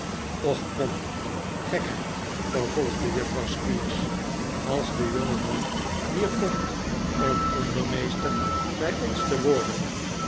och kom gekheid vervolgde juffrouw squeers als de jongeman hier komt om ondermeester bij ons te worden